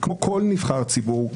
כמו כל נבחר ציבור,